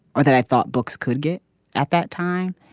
or that i thought books could get at that time.